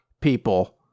people